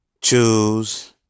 choose